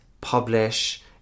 publish